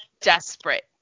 desperate